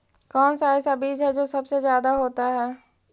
कौन सा ऐसा बीज है जो सबसे ज्यादा होता है?